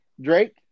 Drake